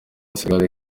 senegal